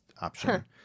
option